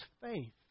faith